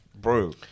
bro